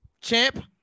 champ